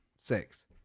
six